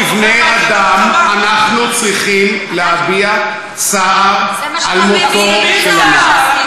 כבני-אדם אנחנו צריכים להביע צער על מותו של כל אדם,